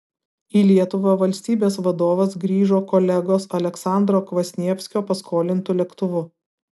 į lietuvą valstybės vadovas grįžo kolegos aleksandro kvasnievskio paskolintu lėktuvu